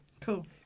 cool